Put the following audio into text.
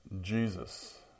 Jesus